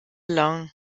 lange